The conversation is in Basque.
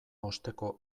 osteko